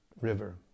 River